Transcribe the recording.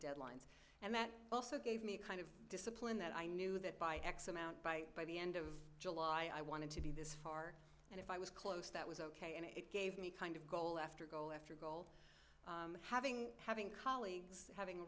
deadlines and that also gave me a kind of discipline that i knew that by x amount by by the end of july i wanted to be this far and if i was close that was ok and it gave me kind of goal after goal after goal having having colleagues having